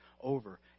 over